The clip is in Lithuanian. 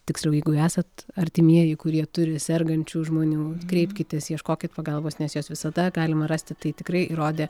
tiksliau jeigu esat artimieji kurie turi sergančių žmonių kreipkitės ieškokit pagalbos nes jos visada galima rasti tai tikrai įrodė